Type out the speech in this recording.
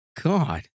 God